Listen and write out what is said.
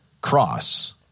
cross